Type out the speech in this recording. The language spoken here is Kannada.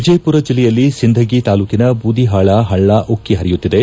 ವಿಜಯಪುರ ಜಿಲ್ಲೆಯಲ್ಲಿ ಸಿಂಧಗಿ ತಾಲೂಕಿನ ಬೂದಿಹಾಳ ಹಳ್ಳ ಉಕ್ಕ ಪರಿಯುತ್ತಿದೆ